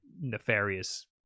nefarious